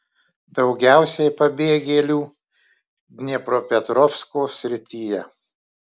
daugiausiai pabėgėlių dniepropetrovsko srityje